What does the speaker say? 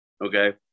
Okay